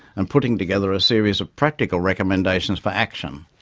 and putting together a series of practical recommendations for action,